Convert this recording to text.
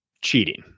cheating